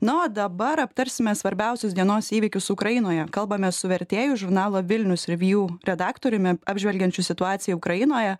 na o dabar aptarsime svarbiausius dienos įvykius ukrainoje kalbamės su vertėju žurnalo vilnius revju redaktoriumi apžvelgiančiu situaciją ukrainoje